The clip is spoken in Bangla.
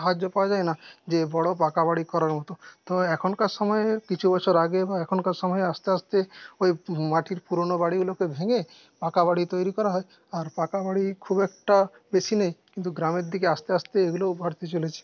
সাহায্য পাওয়া যায় না যে বড়ো পাকা বাড়ির করার মতো তো এখনকার সময়ে কিছু বছর আগে বা এখনকার সময়ে আস্তে আস্তে ওই মাটির পুরনো বাড়িগুলোকে ভেঙে পাকা বাড়ি তৈরি করা হয় আর পাকা বাড়ি খুব একটা বেশি নেই কিন্তু গ্রামের দিকে আস্তে আস্তে এগুলোও বাড়তে চলেছে